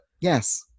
yes